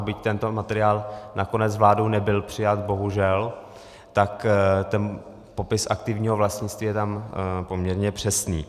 Byť tento materiál nakonec vládou nebyl přijat, bohužel, tak popis aktivního vlastnictví je tam poměrně přesný.